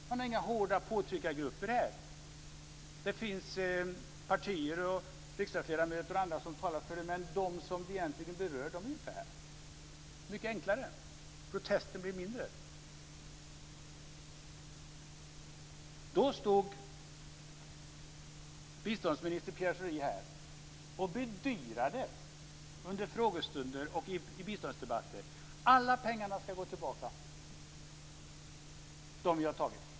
Här finns inga hårda påtryckargrupper. Det finns partier och riksdagsledamöter som talar för biståndet, men de som är berörda är inte här. Det är mycket enklare, och protesterna blir mindre. Då stod biståndsminister Pierre Schori här och bedyrade under frågestunder och i biståndsdebatter att alla pengar ska gå tillbaka.